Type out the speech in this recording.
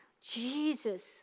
Jesus